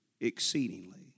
exceedingly